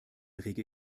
rege